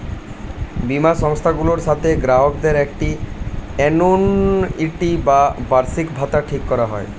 বীমা সংস্থাগুলোর সাথে গ্রাহকদের একটি আ্যানুইটি বা বার্ষিকভাতা ঠিক করা হয়